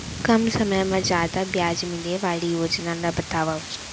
कम समय मा जादा ब्याज मिले वाले योजना ला बतावव